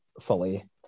fully